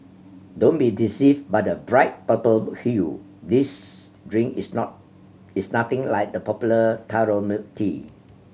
don't be deceived by the bright purple hue this drink is not is nothing like the popular taro milk tea